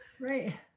right